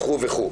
וכו'.